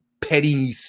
petty